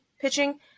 pitching